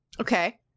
Okay